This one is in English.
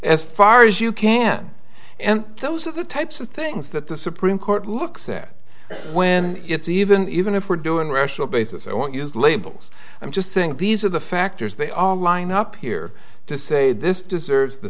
as far as you can and those are the types of things that the supreme court looks at when it's even even if we're doing rational basis i won't use labels i'm just saying these are the factors they all line up here to say this deserves the